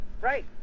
Right